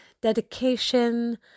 dedication